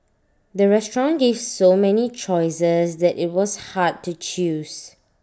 the restaurant gave so many choices that IT was hard to choose